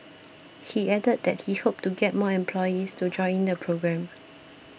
he added that he hoped to get more employees to join the programme